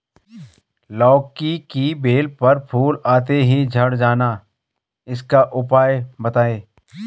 लौकी की बेल पर फूल आते ही झड़ जाना इसका उपाय बताएं?